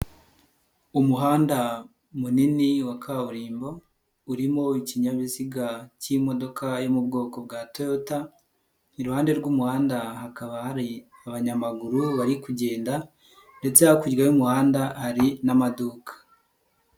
Umuhanda munini wa kaburimbo urimo ikinyabiziga cy'imodoka yo mu bwoko bwa Toyota, iruhande rw'umuhanda hakaba hari abanyamaguru bari kugenda ndetse hakurya y'umuhanda hari n'amaduka.